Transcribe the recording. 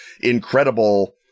incredible